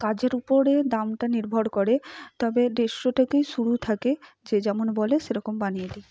কাজের উপরে দামটা নির্ভর করে তবে দেড়শো থেকেই শুরু থাকে যে যেমন বলে সেরকম বানিয়ে দিই